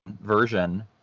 version